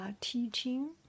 teaching